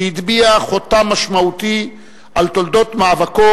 שהטביעה חותם משמעותי על תולדות מאבקו